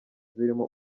zirimo